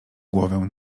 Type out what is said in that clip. głowę